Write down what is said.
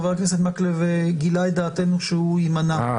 חבר הכנסת מקלב גילה את דעתנו שהוא יימנע,